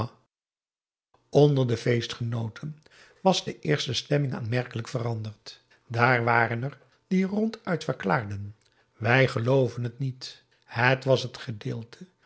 onder de feestgenooten was de eerste stemming aanmerkelijk veranderd daar waren er die ronduit verklaarden wij gelooven het niet het was t gedeelte